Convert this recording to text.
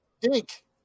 Dink